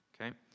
okay